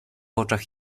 oczach